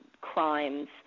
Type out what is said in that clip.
crimes